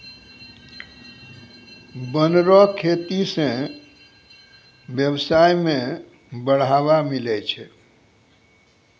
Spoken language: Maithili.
वन रो खेती से व्यबसाय में बढ़ावा मिलै छै